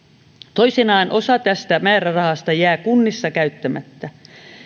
toisinaan osa tästä määrärahasta jää kunnissa käyttämättä